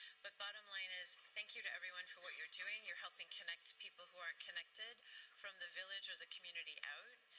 but bottom line is thank you to everyone for what you are doing. you are helping connect people who aren't connected from the village or the community out.